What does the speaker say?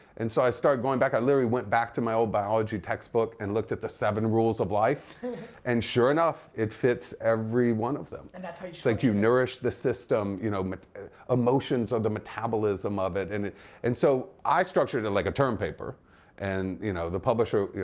and so i started going back, i literally went back to my old biology textbook and looked at the seven rules of life and sure enough it fits every one of them. and that's how you like you nourish the system, you know but emotions are the metabolism of it and it and so i structured it like a term paper and you know the publisher,